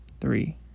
three